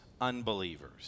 unbelievers